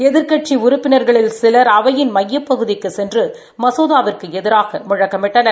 எதிர்க்கட்சி உறுப்பினர்கள் சிலர் அவையின் மையப்பகுதிக்கு சென்று மசோதாவுக்கு எதிராக முழக்கமிட்டனர்